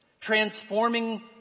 transforming